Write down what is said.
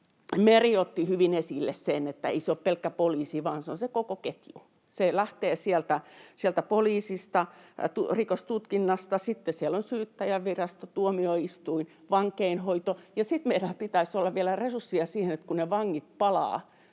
Meri otti hyvin esille sen, että ei se ole pelkkä poliisi vaan se on se koko ketju. Se lähtee sieltä poliisista, rikostutkinnasta, ja sitten siellä on syyttäjälaitos, tuomioistuimet ja vankeinhoito, ja sitten meillähän pitäisi olla vielä resursseja siihen, että kun ne vangit palaavat